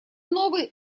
новый